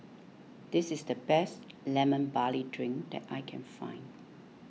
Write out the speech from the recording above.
this is the best Lemon Barley Drink that I can find